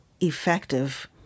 effective